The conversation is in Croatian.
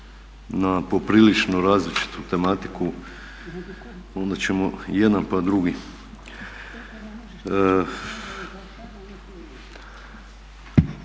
na poprilično različitu tematiku onda ćemo jedan pa drugi.